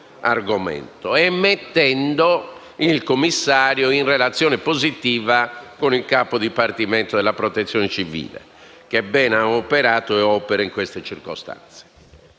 argomento e mettendolo in relazione positiva con il capo del dipartimento della Protezione civile, che bene ha operato e opera in queste circostanze.